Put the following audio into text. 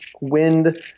wind